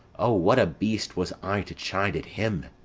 o, what a beast was i to chide at him!